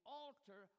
altar